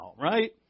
Right